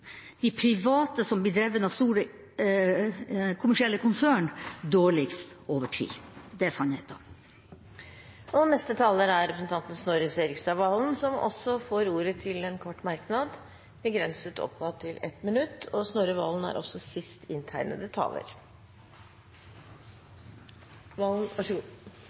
de private som blir drevet av store kommersielle konsern, skårer dårligst over tid. Det er sannheten. Snorre Serigstad Valen har hatt ordet to ganger tidligere og får ordet til en kort merknad, begrenset til 1 minutt.